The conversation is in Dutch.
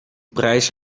prijs